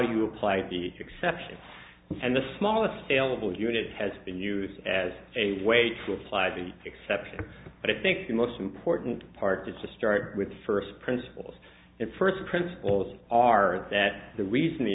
you apply the exception and the smallest salable unit has been used as a way to apply the exceptions but i think the most important part is to start with first principles and first principles are that the reason the